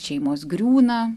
šeimos griūna